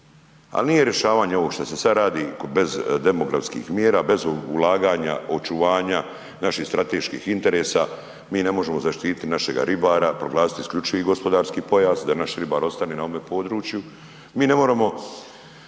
Ali nije rješavanje ovoga što se sad radi bez demografskih mjera, bez ulaganja, očuvanja naših strateških interesa, mi ne možemo zaštiti našega ribara, proglasiti isključivi gospodarski pojas, da naš ribar ostane na ovome području. Mi ne moramo